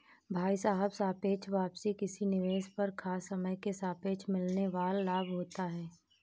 भाई साहब सापेक्ष वापसी किसी निवेश पर खास समय के सापेक्ष मिलने वाल लाभ होता है